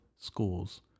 schools